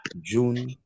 june